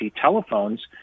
telephones